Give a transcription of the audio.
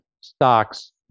stocks